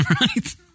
Right